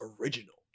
original